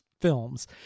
films